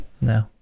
no